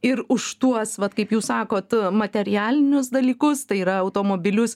ir už tuos vat kaip jūs sakot materijalinius dalykus tai yra automobilius